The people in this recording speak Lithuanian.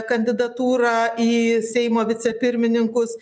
kandidatūrą į seimo vicepirmininkus